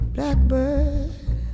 Blackbird